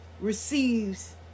receives